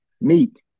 Meat